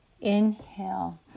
inhale